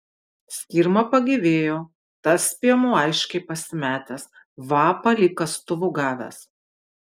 skirma pagyvėjo tas piemuo aiškiai pasimetęs vapa lyg kastuvu gavęs